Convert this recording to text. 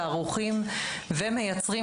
ערוכים וכבר מייצרים,